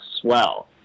swell